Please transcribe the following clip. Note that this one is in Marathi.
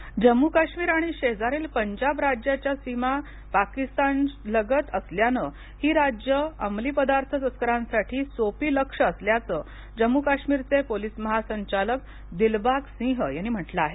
ड्रग तरुकरी जम्मू काश्मीर आणि शेजारील पंजाब राज्याच्या सीमा पाकिस्तानलगत असल्यानं ही राज्य अमली पदार्थ तस्करांसाठी सोपी लक्ष्य असल्याचं जम्मू काश्मीर चे पोलिस महासंचालक दिलबाग सिंघ यांनी म्हटलं आहे